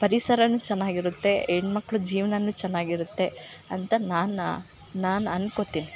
ಪರಿಸರ ಚೆನ್ನಾಗಿರುತ್ತೆ ಹೆಣ್ಮಕ್ಳ್ ಜೀವನನು ಚೆನ್ನಾಗಿರುತ್ತೆ ಅಂತ ನಾನು ನಾನು ಅನ್ಕೋತಿನಿ